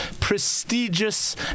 prestigious